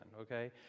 okay